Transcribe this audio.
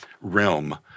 realm